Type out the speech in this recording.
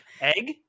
Egg